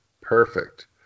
Perfect